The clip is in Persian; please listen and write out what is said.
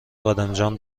بادمجان